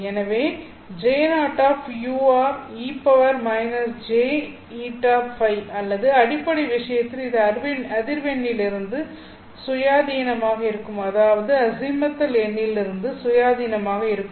எனவே அல்லது அடிப்படை விஷயத்தில் இது அதிர்வெண்ணிலிருந்து சுயாதீனமாக இருக்கும் அதாவது அஜீமுதல் எண்ணிலிருந்து சுயாதீனமாக இருக்கும்